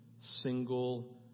single